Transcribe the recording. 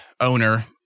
owner